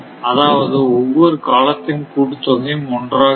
அதாவது ஒவ்வொரு காலத்தின் கூட்டுத் தொகையும் ஒன்றாக இருக்கும்